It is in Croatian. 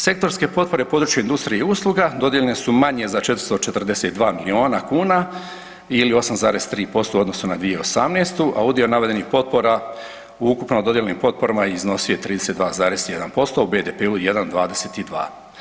Sektorske potpore područja industrije i usluga dodijeljene su manje za 442 milijuna kuna ili 8,3% u odnosu na 2018. a udio navedenih potpora u ukupno dodijeljenim potporama iznosio je 32,1% u BDP-u 21, 22.